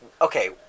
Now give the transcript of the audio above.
Okay